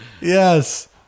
yes